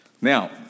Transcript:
Now